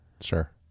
sure